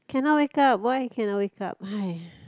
cannot wake up why I cannot wake up !haiya!